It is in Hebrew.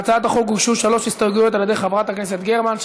להצעת החוק הוגשו שלוש הסתייגויות על-ידי חברת הכנסת גרמן,